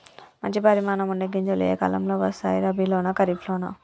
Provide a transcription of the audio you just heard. మంచి పరిమాణం ఉండే గింజలు ఏ కాలం లో వస్తాయి? రబీ లోనా? ఖరీఫ్ లోనా?